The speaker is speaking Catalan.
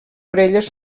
orelles